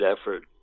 effort